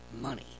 money